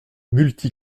multi